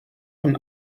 von